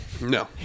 No